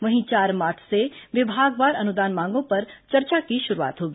वहीं चार मार्च से विभागवार अनुदान मांगों पर चर्चा की शुरूआत होगी